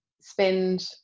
spend